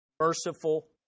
merciful